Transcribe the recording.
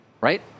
Right